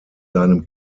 seinem